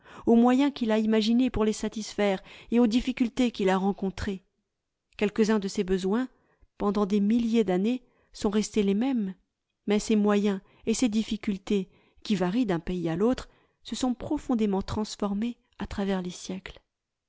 aux moyens qu'il a imaginés pour les satisfaire et aux difficultés qu'il a rencontrées quelques-uns de ces besoins pendant des milliers d'années sont restés les mêmes mais ces moyens et ces difficultés qui varient d'un pays à l'autre se sont profondément transformés à travers les siècles